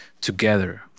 together